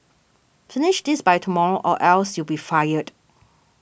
finish this by tomorrow or else you'll be fired